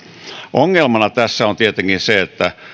ongelmana tässä on tietenkin se että